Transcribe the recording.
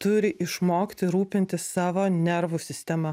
turi išmokti rūpintis savo nervų sistema